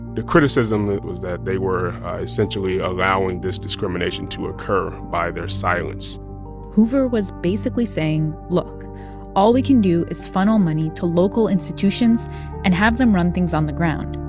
the criticism was that they were essentially allowing this discrimination to occur by their silence hoover was basically saying, look all we can do is funnel money to local institutions and have them run things on the ground.